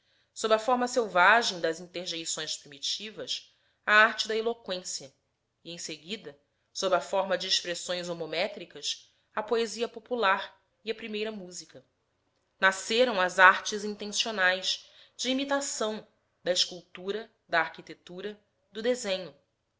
sob a forma selvagem das interjeições primitivas a arte da eloqüência e em seguida sob a forma de expressões homométricas a poesia popular e a primeira música nasceram as artes intencionais de imitação da escultura da arquitetura do desenho